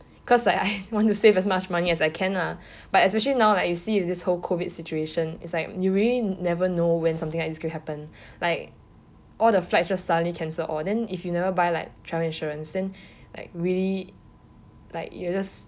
cause like I want to save as much money as I can lah but especially now like if you see the whole COVID situation is like you really never know when something like this could happen like all the flights just suddenly cancelled all then if you never buy like travel insurance then like really like you are just